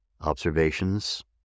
Observations